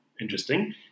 Interesting